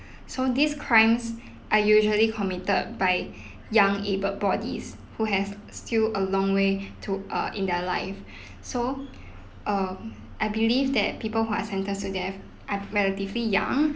so these crimes are usually committed by young able bodies who has still a long way to uh in their life so uh I believe that people who are sentenced to death are relatively young